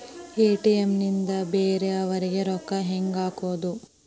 ATM ನಿಂದ ಬೇರೆಯವರಿಗೆ ರೊಕ್ಕ ಹೆಂಗ್ ಹಾಕೋದು?